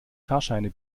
fahrscheine